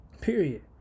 Period